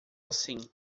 assim